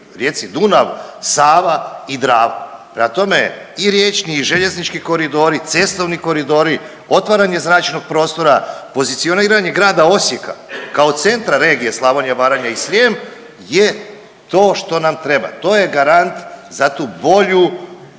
rijeci Dunav, Sava i Drava. Prema tome i riječni i željeznički koridori, cestovni koridori, otvaranje zračnog prostora, pozicioniranje grada Osijeka kao centra regije Slavonija, Baranja i Srijem je to što nam treba. To je garant za tu bolju,